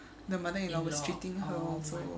the mother mother-in-law was treating her also